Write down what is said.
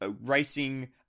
racing